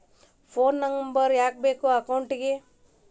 Phone number ಯಾಕೆ ಬೇಕು ಅಕೌಂಟಿಗೆ?